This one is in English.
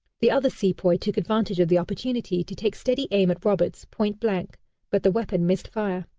the other sepoy took advantage of the opportunity to take steady aim at roberts, point-blank, but the weapon missed fire.